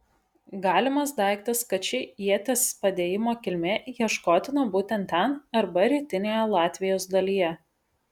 galimas daiktas kad ši ieties padėjimo kilmė ieškotina būtent ten arba rytinėje latvijos dalyje